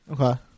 Okay